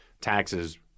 taxes